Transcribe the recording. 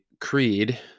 creed